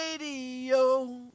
radio